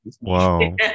Wow